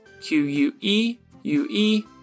Q-U-E-U-E